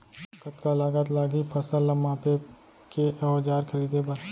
कतका लागत लागही फसल ला मापे के औज़ार खरीदे बर?